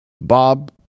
bob